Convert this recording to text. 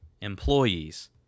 employees